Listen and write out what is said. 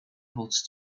holds